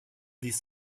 these